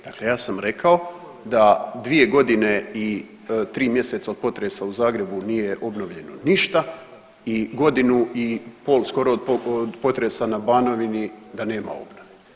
Dakle, ja sam rekao da 2 godine i 3 mjeseca od potresa u Zagrebu nije obnovljeno ništa i godinu i pol skoro od potresa na Banovini da nema obnove.